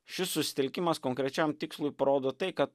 šis susitelkimas konkrečiam tikslui parodo tai kad